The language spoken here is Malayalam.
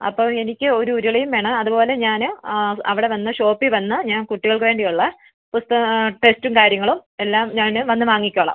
അപ്പോൾ എനിക്ക് ഒരു ഉരുളിയും വേണം അത് പോലെ ഞാൻ അവിടെ വന്ന് ഷോപ്പിൽ വന്ന് ഞാൻ കുട്ടികൾക്ക് വേണ്ടി ഉള്ള പുസ്തകം ടെക്സ്റ്റും കാര്യങ്ങളും എല്ലാം ഞാൻ വന്ന് വാങ്ങിക്കോളാം